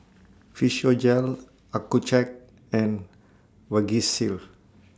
Physiogel Accucheck and Vagisil